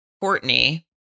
Courtney